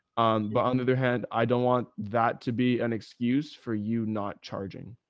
but under their hand, i don't want that to be an excuse for you not charging.